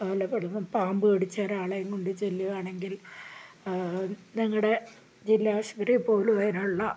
കാലിൽ പെട്ടെന്ന് പാമ്പ് കടിച്ച ഒരാളെയും കൊണ്ട് ചെല്ലുകയാണെങ്കിൽ ഞങ്ങളുടെ ജില്ലാ ആശുപത്രിയിൽ പോലും അതിനുള്ള